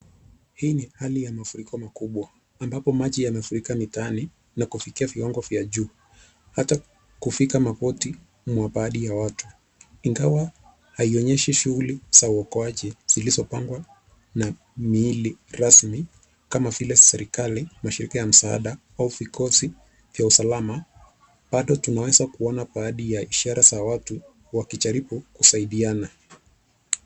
Hii ni hali ya mafuriko mkubwa ambapo maji yamefurika mtaani nakufikia viwango vya juu hata kufika makoti mwa baadhi ya watu ingawa haionyeshi shughuli za uokoaji zilizopangwa na miili rasmi kama vile serekali na mashirika ya msaada vikozi vya usalama bado tunaweza kuona baadhi ya ishara za watu wakijaribu kusaidiana.